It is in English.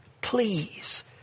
please